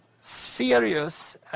serious